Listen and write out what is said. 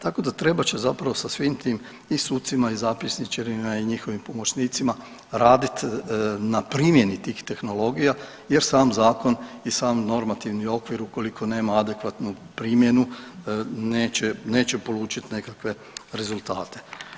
Tako da trebat će zapravo sa svim tim i sucima i zapisničarima i njihovim pomoćnicima raditi na primjeni tih tehnologija, jer sam zakon i sam normativni okvir ukoliko nema adekvatnu primjenu neće polučiti nekakve rezultate.